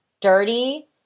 dirty